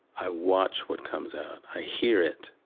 i watch what comes out. i hear it,